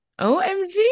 OMG